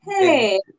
hey